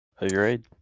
Agreed